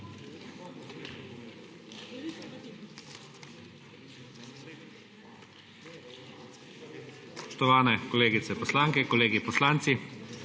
Spoštovani kolegice poslanke, kolegi poslanci,